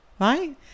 right